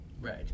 Right